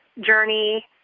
journey